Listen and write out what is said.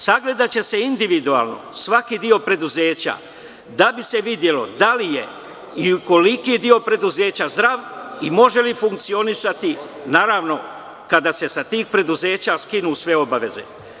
Sagledaće se individualno svaki deo preduzeća, da bi se videlo da li je i koliki je deo preduzeća zdrav i može li funkcionisati, naravno, kada se sa tih preduzeća skinu sve obaveze.